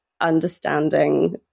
understanding